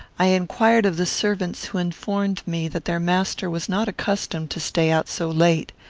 i inquired of the servants, who informed me that their master was not accustomed to stay out so late.